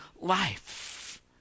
life